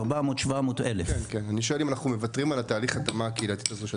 היום קיבלתי את הנתונים של